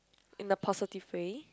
in a positive way